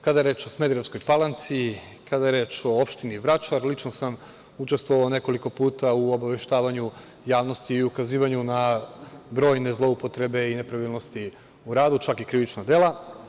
Kada je reč o Smederevskoj Palanci, kada je reč o opštini Vračar lično sam učestvovao nekoliko puta u obaveštavanju javnosti i ukazivanju na brojne zloupotrebe i nepravilnosti u radu, čak i krivična dela.